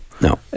No